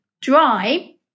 dry